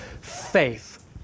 faith